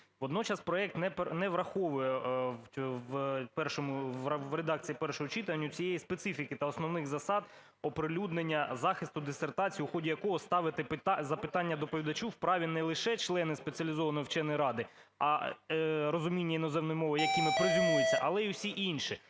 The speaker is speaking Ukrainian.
Водночас проект не враховує в редакції першого читання цієї специфіки та основних засад оприлюднення захисту дисертації, у ході якого ставити запитання доповідачу в праві не лише члени спеціалізованої вченої ради, розуміння іноземної мови якими презюмується, але і всі інші.